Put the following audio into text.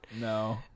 No